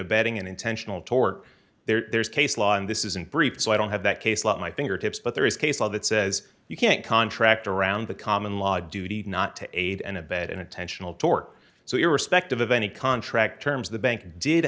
abetting an intentional tork there's case law on this isn't brief so i don't have that case like my fingertips but there is case law that says you can't contract around the common law duty not to aid and abet an intentional tort so irrespective of any contract terms the bank did